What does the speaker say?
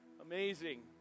Amazing